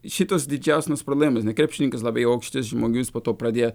šitos didžiausnos problemos ne krepšininkas labai aukštas žmogus po to pradėjo